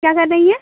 क्या कर रही हैं